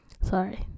Sorry